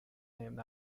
named